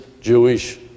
Jewish